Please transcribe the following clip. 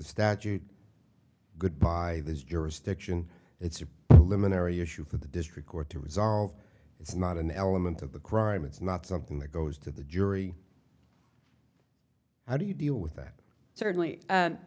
statute goodby has jurisdiction it's a limb an area issue for the district court to resolve it's not an element of the crime it's not something that goes to the jury how do you deal with that certainly and